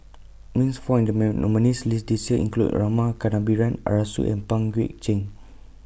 Names found nominees' list This Year include Rama Kannabiran Arasu and Pang Guek Cheng